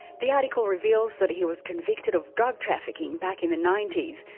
the article reveals that he was convicted of drug trafficking back in the ninety s,